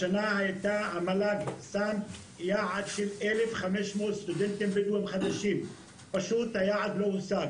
השנה המל"ג שם יעד של 1,500 סטודנטים חדשים והוא לא הושג.